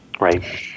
Right